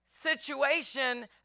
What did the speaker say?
situation